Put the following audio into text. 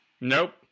Nope